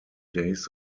days